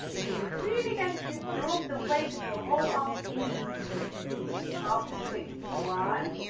so you're really going to drop the weight of your whole arm into the string after two one,